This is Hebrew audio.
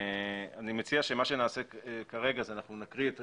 אני מציע שמה שנעשה כרגע, אנחנו נקריא את